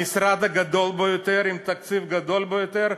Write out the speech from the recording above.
המשרד הגדול ביותר עם התקציב הגדול ביותר,